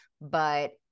but-